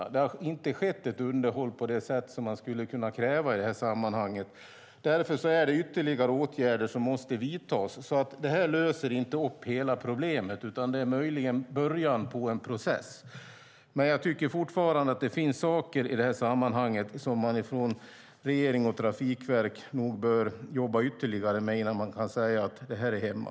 Underhåll har inte skett på det sätt som skulle kunna krävas i sammanhanget. Därför måste ytterligare åtgärder vidtas. Det här löser alltså inte hela problemet. Möjligen är det början på en process. Fortfarande tycker jag att det finns saker i sammanhanget som regeringen och Trafikverket nog bör jobba ytterligare med innan man kan säga att detta är hemma.